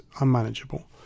unmanageable